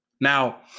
Now